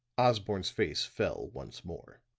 osborne's face fell once more.